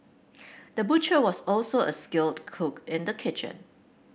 the butcher was also a skilled cook in the kitchen